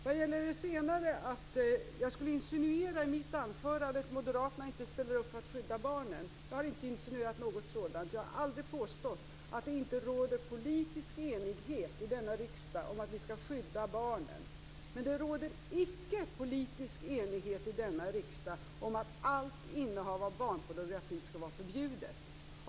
Vad gäller att jag skulle ha insinuerat i mitt anförande att moderaterna inte ställer upp för att skydda barnen, har jag aldrig insinuerat något sådant. Jag har aldrig påstått att det inte råder politisk enighet i denna riksdag om att vi skall skydda barnen. Men det råder icke politisk enighet i denna riksdag om att allt innehav av barnpornografi skall vara förbjudet.